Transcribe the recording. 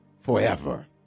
forever